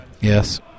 Yes